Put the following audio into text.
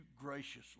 graciously